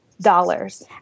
dollars